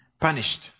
punished